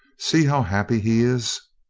see how happy he is!